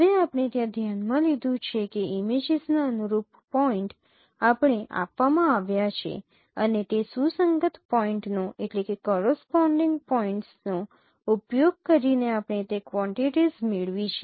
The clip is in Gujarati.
હવે આપણે ત્યાં ધ્યાન માં લીધું છે કે ઇમેજીસના અનુરૂપ પોઇન્ટ આપણે આપવામાં આવ્યા છે અને તે સુસંગત પોઇન્ટ્સનો ઉપયોગ કરીને આપણે તે ક્વોનટીટીસ મેળવી છે